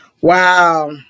Wow